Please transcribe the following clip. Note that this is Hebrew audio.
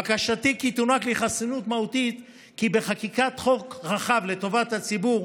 בקשתי כי תוענק לי חסינות מהותית כי בחקיקת חוק רחב לטובת הציבור,